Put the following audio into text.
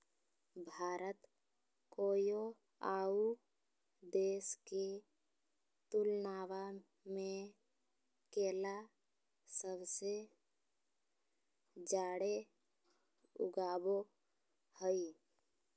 भारत कोय आउ देश के तुलनबा में केला सबसे जाड़े उगाबो हइ